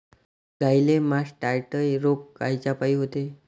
गाईले मासटायटय रोग कायच्यापाई होते?